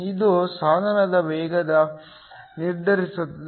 ಇದು ಸಾಧನದ ವೇಗವನ್ನು ನಿರ್ಧರಿಸುತ್ತದೆ